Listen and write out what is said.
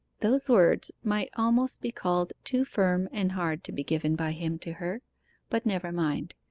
those words might almost be called too firm and hard to be given by him to her but never mind.